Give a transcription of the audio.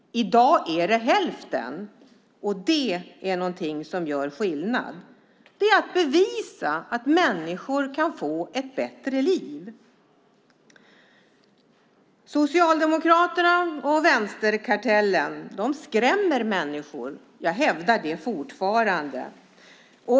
I dag är det hälften. Det gör skillnad. Det visar att människor kan få ett bättre liv. Socialdemokraterna och vänsterkartellen skrämmer människor, det hävdar jag fortfarande.